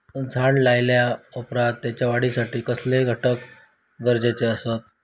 झाड लायल्या ओप्रात त्याच्या वाढीसाठी कसले घटक गरजेचे असत?